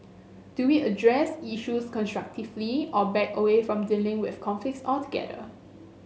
do we address issues constructively or back away from dealing with conflict altogether